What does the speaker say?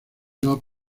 love